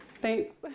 Thanks